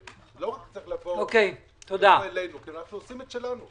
לא רק לבוא אלינו, כי אנחנו עושים את שלנו.